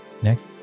next